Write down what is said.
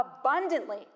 abundantly